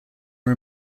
are